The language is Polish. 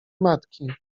matki